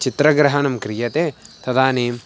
चित्रग्रहणं क्रियते तदानीं